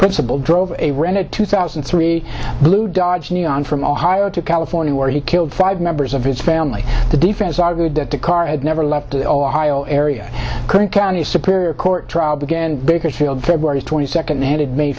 principal drove a rented two thousand and three blue dodge neon from ohio to california where he killed five members of his family the defense argued that the car had never left the area couldn't county superior court trial began bakersfield february twenty second and it may